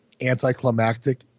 anticlimactic